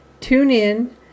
TuneIn